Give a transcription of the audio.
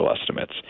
estimates